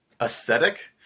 aesthetic